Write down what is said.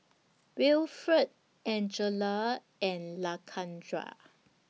Wilfred Angella and Lakendra